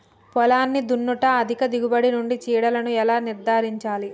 పొలాన్ని దున్నుట అధిక దిగుబడి నుండి చీడలను ఎలా నిర్ధారించాలి?